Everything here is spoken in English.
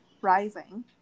rising